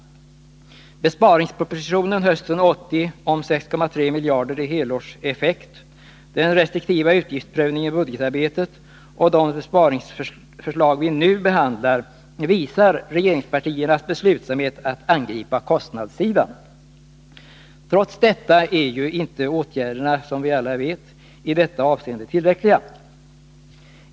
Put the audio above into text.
Besparingspropositionen hösten 1980 om 6,3 miljarder i helårseffekt, den restriktiva utgiftsprövningen i budgetarbetet och de besparingsförslag som vi nu behandlar visar regeringspartiernas beslutsamhet att angripa kostnadssidan. Trots detta är åtgärderna i detta avseende inte tillräckliga.